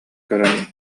көрөн